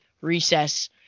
recess